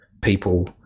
people